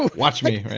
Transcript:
watch me